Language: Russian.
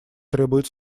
требует